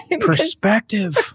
Perspective